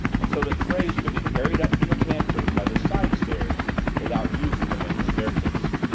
and so that trays could be carried up from the pantry by the side stairs without using the main staircase.